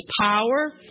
power